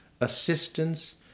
assistance